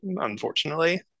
unfortunately